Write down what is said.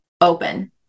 open